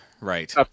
Right